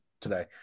today